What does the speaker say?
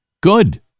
Good